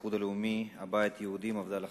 האיחוד הלאומי והבית היהודי, מפד"ל החדשה.